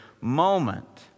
moment